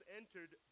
entered